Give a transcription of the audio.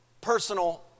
personal